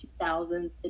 2000s